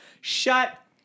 shut